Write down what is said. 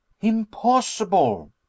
Impossible